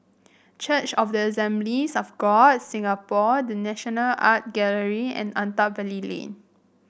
Church of the Assemblies of God of Singapore The National Art Gallery and Attap Valley Lane